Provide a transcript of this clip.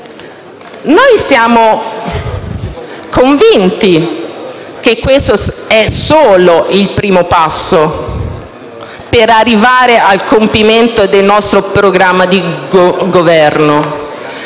Noi siamo convinti che questo sia solo il primo passo per arrivare al compimento del nostro programma di Governo